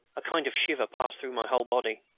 a kind of shiver passed through my whole body.